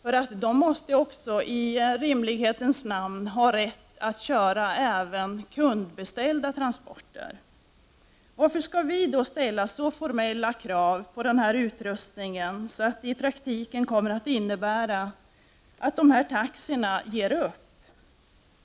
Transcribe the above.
Man måste i rimlighetens namn ha rätt att köra också kundbeställda transporter. Varför skall då vi ställa sådana formella krav på utrustningen att det i praktiken kommer att innebära att taxi ger upp?